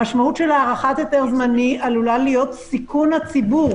המשמעות של הארכת היתר זמני עלולה להיות סיכון הציבור.